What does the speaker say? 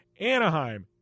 Anaheim